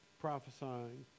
prophesying